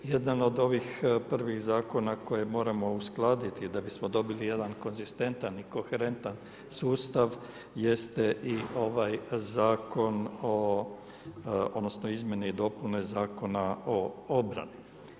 Jedan od ovih prvih zakona koje moramo uskladiti da bismo dobili jedan konzistentan i koherentan sustav jeste i ovaj zakon o odnosno izmjene i dopune Zakona o obrani.